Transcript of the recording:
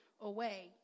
Away